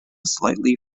slightly